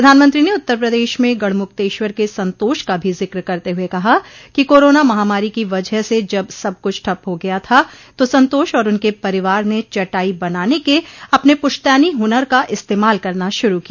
प्रधानमंत्री ने उत्तर प्रदेश में गढ़मुक्तेश्वर के संतोष का भी जिक्र करते हुए कहा कि कोरोना महामारी की वजह से जब सब कुछ ठप हो गया था तो संतोष और उनके परिवार ने चटाई बनाने के अपने पुश्तैनी हुनर का इस्तेमाल करना शुरू किया